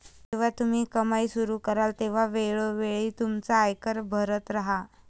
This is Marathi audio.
जेव्हा तुम्ही कमाई सुरू कराल तेव्हा वेळोवेळी तुमचा आयकर भरत राहा